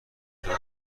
شده